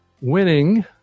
winning